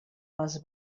les